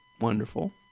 Wonderful